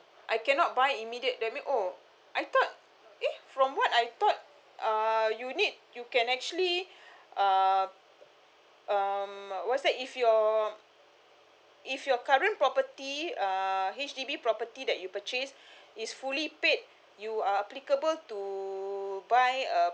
I cannot buy immediate that mean oh I thought eh from what I thought uh you need you can actually uh um what's that if your if your current property uh H_D_B property that you purchase is fully paid you are applicable to buy uh